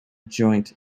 joint